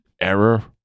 error